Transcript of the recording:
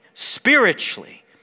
Spiritually